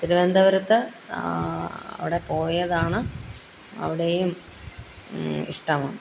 തിരുവനന്തപുരത്ത് അവിടെ പോയതാണ് അവിടെയും ഇഷ്ടമാണ്